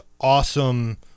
awesome